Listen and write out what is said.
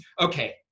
Okay